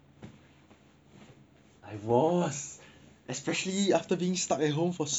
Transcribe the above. I was especially after being stuck at home for so long really